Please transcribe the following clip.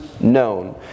known